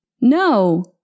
No